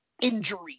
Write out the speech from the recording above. injury